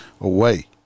away